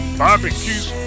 barbecue